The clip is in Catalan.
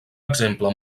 exemple